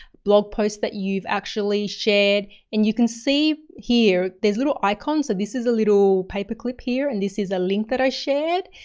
blog posts that you've actually shared. and you can see here there's little icon, so this is a little paperclip here and this is a link that i shared.